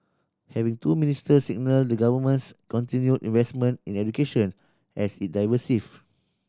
having two ministers signal the Government's continued investment in education as it diversifies